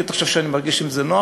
אתה חושב שאני מרגיש עם זה נוח?